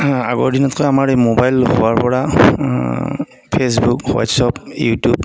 আগৰ দিনত কৈ আমাৰ এই মোবাইল হোৱাৰ পৰা ফেচবুক হোৱাটছআপ ইউটিউব